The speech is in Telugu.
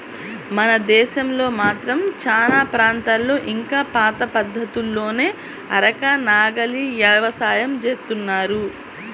మన దేశంలో మాత్రం చానా ప్రాంతాల్లో ఇంకా పాత పద్ధతుల్లోనే అరక, నాగలి యవసాయం జేత్తన్నారు